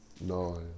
No